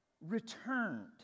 returned